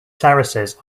terraces